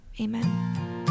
amen